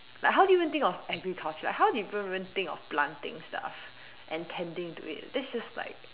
like how do you even think of agriculture how did people even think of planting stuffs and tending to it that is just like